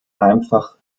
einfach